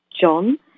John